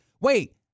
wait